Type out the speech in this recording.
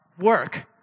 work